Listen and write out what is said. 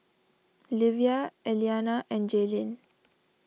Livia Elliana and Jaelyn